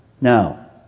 Now